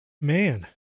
Man